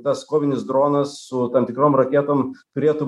tas kovinis dronas su tam tikrom raketom turėtų